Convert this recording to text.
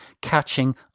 catching